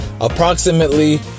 approximately